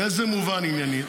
באיזה מובן עניינית?